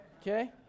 Okay